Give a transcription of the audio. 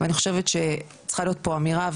ואני חושבת שצריכה להיות פה אמירה,